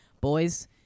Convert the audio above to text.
boys